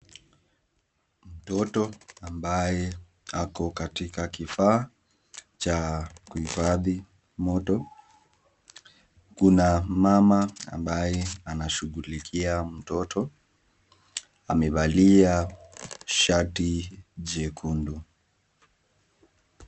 Mtoto ambaye ako katika kifaa cha kuhifadhi moto. Kuna mama ambaye anashughulikia mtoto. Amevalia shati jekundu.